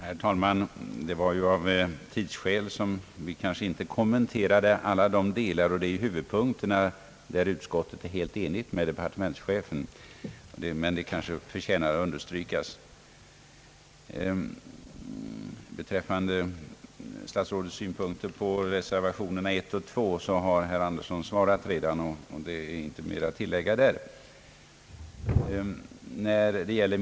Herr talman! Det var av tidsskäl som vi avstod från att kommentera alla de delar — och det gäller ju huvudpunkterna — där utskottet är helt överens med departementschefen. Det kanske förtjänar att understrykas här. Om statsrådets synpunkter på reservationerna 1 och 2 har herr Andersson redan yttrat sig, varför det inte finns något mer att tillägga på den punkten.